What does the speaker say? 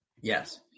Yes